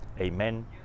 Amen